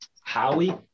Howie